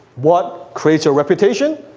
what creates a reputation?